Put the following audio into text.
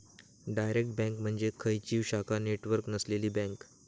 direct bank म्हणजे खंयचीव शाखा नेटवर्क नसलेली बँक